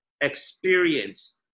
experience